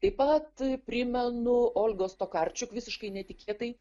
taip pat primenu olgos tokarčuk visiškai netikėtai